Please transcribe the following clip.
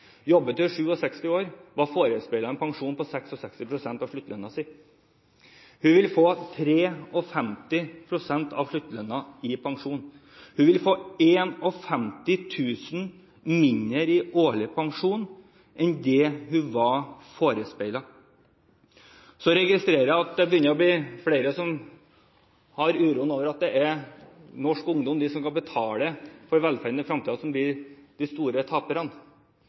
år. Hun var forespeilet en pensjon på 66 pst. av sluttlønnen sin, men vil få 53 pst. av sluttlønnen i pensjon. Hun vil få 51 000 kr mindre i årlig pensjon enn det hun var forespeilet. Jeg registrerer at flere begynner å bli uroet over at det er norsk ungdom, de som skal betale for velferden i fremtiden, som blir de store taperne.